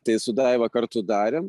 tai su daiva kartu darėm